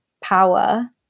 power